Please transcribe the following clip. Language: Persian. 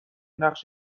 نقش